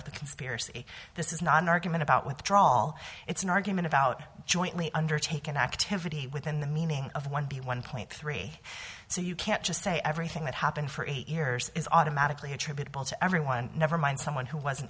of the conspiracy this is not an argument about withdrawal it's an argument about jointly undertaken activity within the meaning of one b one point three so you can't just say everything that happened for eight years is automatically attributable to everyone never mind someone who wasn't